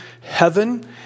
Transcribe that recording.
heaven